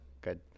Good